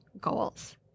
goals